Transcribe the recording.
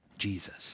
Jesus